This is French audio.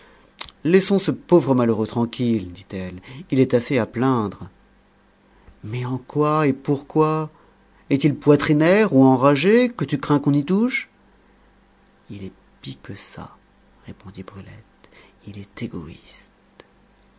laissons ce pauvre malheureux tranquille dit-elle il est assez à plaindre mais en quoi et pourquoi est-il poitrinaire ou enragé que tu crains qu'on y touche il est pis que ça répondit brulette il est égoïste